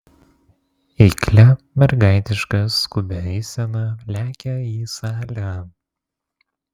eiklia mergaitiška skubia eisena lekia į salę